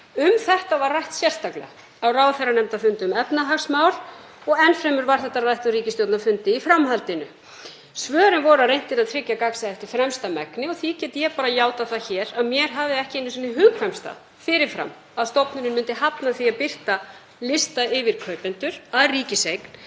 Um þetta var rætt sérstaklega á ráðherranefndarfundi um efnahagsmál og enn fremur var þetta rætt á ríkisstjórnarfundi í framhaldinu. Svörin voru að reynt yrði að tryggja gagnsæi eftir fremsta megni og ég get bara játað hér að mér hafði ekki einu sinni hugkvæmst það fyrir fram að stofnunin myndi hafna því að birta lista yfir kaupendur að ríkiseign,